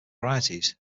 varieties